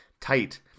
tight